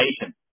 patient